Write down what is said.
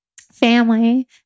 family